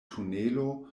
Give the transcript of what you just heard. tunelo